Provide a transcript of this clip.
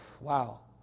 Wow